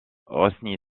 rosny